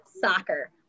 soccer